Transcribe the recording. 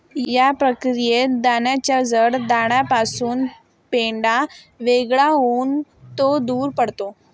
या प्रक्रियेत दाण्याच्या जड दाण्यापासून पेंढा वेगळा होऊन तो दूर पडतो